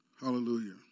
Hallelujah